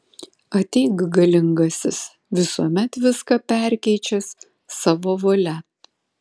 ateik galingasis visuomet viską perkeičiąs savo valia